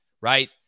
right